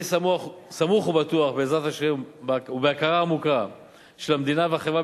אני סמוך ובטוח בעזרת השם ובהוקרה העמוקה של המדינה והחברה